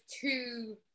two